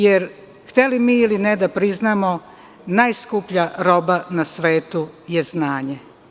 Jer, hteli mi ili ne da priznamo, najskuplja roba na svetu je znanje.